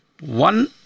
One